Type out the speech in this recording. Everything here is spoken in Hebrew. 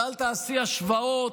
ואל תעשי השוואות,